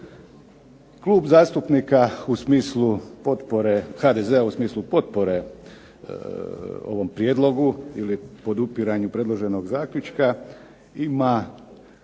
smislu potpore, HDZ-a u smislu potpore ovom prijedlogu ili podupiranju predloženog zaključka ima